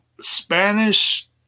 Spanish